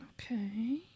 Okay